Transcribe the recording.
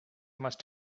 must